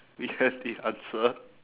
we have the answer